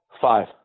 Five